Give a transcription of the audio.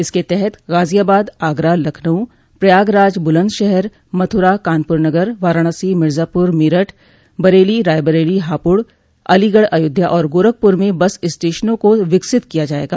इसके तहत गाजियाबाद आगरा लखनऊ प्रयागराज बुलन्दशहर मथुरा कानपुर नगर वाराणसी मिर्जापुर मेरठ बरेली रायबरेली हापुड़ अलीगढ़ अयोध्या और गोरखपुर में बस स्टेशनों को विकसित किया जायेगा